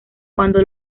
cuando